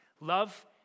Love